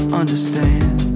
understand